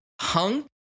hung